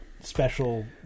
special